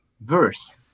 verse